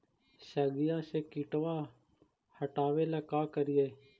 सगिया से किटवा हाटाबेला का कारिये?